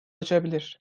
açabilir